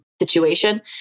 situation